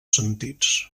sentits